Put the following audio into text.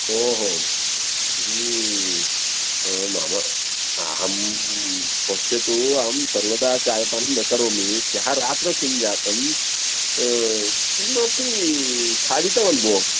ओहो मम अहं पश्यतु अहं सर्वदा चायपानं न करोमि ह्यः रात्रौ किं जातं किमपि खादितवान् भोः